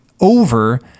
over